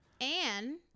Anne